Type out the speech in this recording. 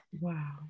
Wow